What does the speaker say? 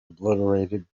obliterated